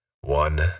One